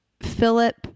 Philip